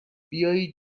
بیایید